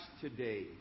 today